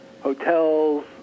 hotels